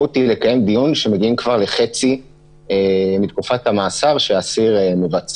עוד לפני שמגיעים לתקופת החצי.